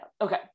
Okay